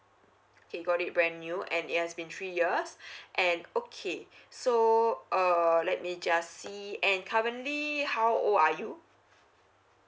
okay got it brand new and it has been three years and okay so err let me just see me and currently how old are you